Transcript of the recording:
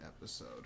episode